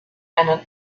einen